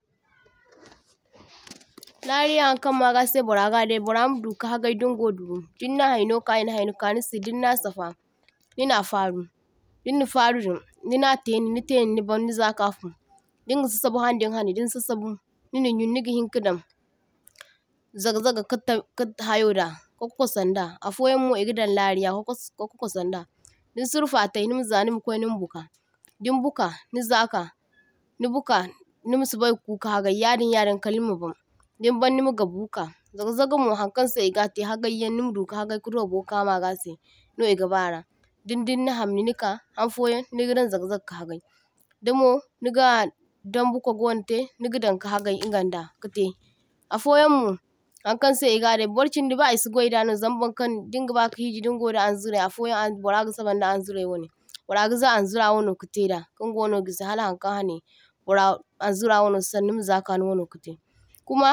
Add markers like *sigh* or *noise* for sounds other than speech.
*noise* toh – toh Lariya haŋkaŋ magasai burra gadai burra ma duka hagai dingo duro, dinna haino ka i’na haini kanisai dinna safa, nina faru dinna farudin nina tai nitai niban ni za’kafu, dinga sasabu haŋdin hanai din sasabu nina yun niga hinka daŋ zagazaga ka taŋ kahayoda ka kwasaŋda, affoyaŋmo i’gadaŋ lariya ka ka kwasaŋda. Dinsurfu atay nimaza nimakwai nima buka din buka nizaka ni buka nima sobaika hagai hagai yadin yadin kala nima baŋ dinbaŋ nima gabu ka. Zagazag mo haŋkaŋsai i’gatai hagayyaŋ nima duka hagay ka doboka maga sai no i'gabara, din din nahamni nika haŋfoyaŋ nigadaŋ zagazaga ka hagai, damo niga dambu kwago wanai tai nigadaŋ ka hagai ingaŋda katai. Hafoyaŋ mo haŋkaŋsai i’gadai burshindi ba i’si gwai dano zama burkan dingaba ka hiji dingo da haŋzurai affoyaŋ burra ga sabaŋda haŋzurai wanai, burra gaza haŋzurai wanai kataida kinga wano gisi hala haŋkaŋ hanai burra haŋzura wana sara nima zaka niwano katai. Kuma